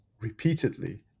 repeatedly